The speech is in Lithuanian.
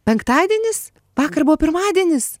penktadienis vakar buvo pirmadienis